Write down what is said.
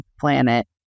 planet